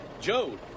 Joe